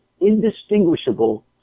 indistinguishable